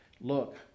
Look